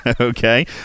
Okay